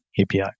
API